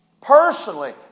Personally